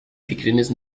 fikriniz